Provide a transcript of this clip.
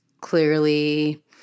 clearly